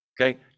Okay